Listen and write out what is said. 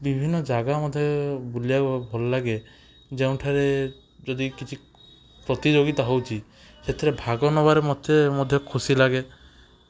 ବିଭିନ୍ନଜାଗା ମୋତେ ବୁଲିବାକୁ ଭଲ ଲାଗେ ଯେଉଁଠାରେ ଯଦି କିଛି ପ୍ରତିଯୋଗିତା ହେଉଛି ସେଥିରେ ଭାଗ ନେବାରେ ମୋତେ ମଧ୍ୟ ଖୁସି ଲାଗେ